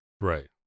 right